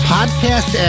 Podcast